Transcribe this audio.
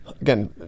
again